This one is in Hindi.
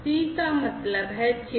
C का मतलब है चिप